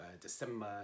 December